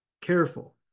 careful